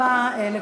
נתקבלה.